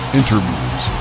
interviews